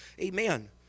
Amen